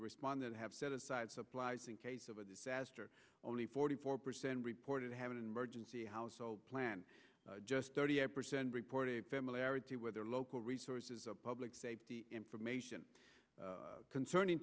responded have set aside supplies in case of a disaster only forty four percent reported having an emergency household plan just thirty eight percent reported a similarity with their local resources of public safety information concerning